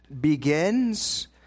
begins